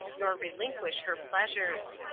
nor relinquish her pleasures.